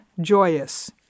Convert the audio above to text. joyous